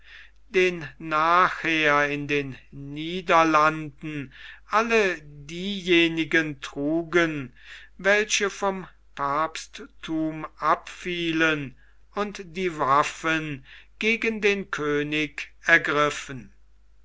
den nachher in den niederlanden alle diejenigen trugen welche vom papstthum abfielen und die waffen gegen den könig ergriffen